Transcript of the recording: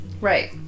Right